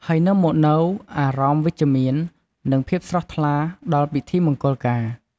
ហើយនាំមកនូវអារម្មណ៍វិជ្ជមាន និងភាពស្រស់ថ្លាដល់ពិធីមង្គលការ។